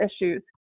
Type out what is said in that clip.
issues